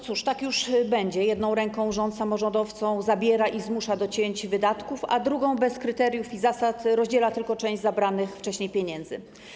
Cóż, tak już będzie: jedną ręką rząd samorządowcom zabiera i zmusza do cięć, wydatków, a drugą bez kryteriów i zasad rozdziela tylko część zabranych wcześniej pieniędzy.